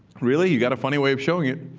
really? you got a funny way of showing it.